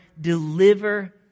deliver